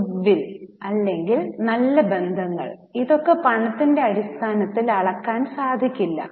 goodwill അല്ലെങ്കിൽ നല്ല ബന്ധങ്ങൾ ഇതൊക്കെ പണത്തിന്റെ അടിസ്ഥാനത്തിൽ അളക്കാൻ സാധിക്കില്ല